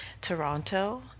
Toronto